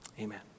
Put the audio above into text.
Amen